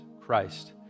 Christ